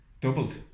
Doubled